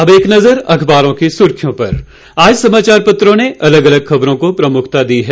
अब एक नज़र अखबारों की सुर्खियों पर आज समाचार पत्रों ने अलग अलग खबरों को प्रमुखता दी है